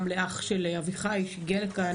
גם תודה לאח של אביחי שהגיע לכאן